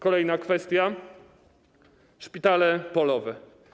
Kolejna kwestia - szpitale polowe.